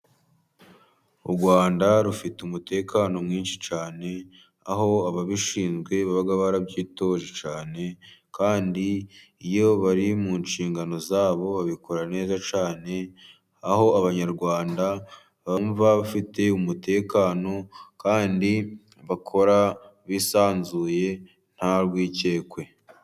U Rwanda rufite umutekano mwinshi cyane aho ababishinzwe baba barabyitoje cyane kandi iyo bari mu nshingano zabo babikora neza cyane aho Abanyarwanda bumva aba bafite umutekano kandi bakora bisanzuye nta rwikekwe.